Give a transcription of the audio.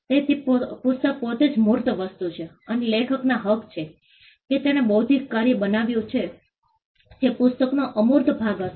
તેથી પુસ્તક પોતે જ મૂર્ત વસ્તુ છે અને લેખકના હક છે કે તેણે બૌદ્ધિક કાર્ય બનાવ્યું છે જે પુસ્તકનો અમૂર્ત ભાગ હશે